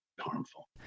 harmful